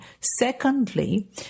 Secondly